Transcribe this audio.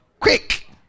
Quick